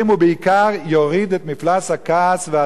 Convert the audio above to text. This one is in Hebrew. יוריד את מפלס הכעס והזעם של האנשים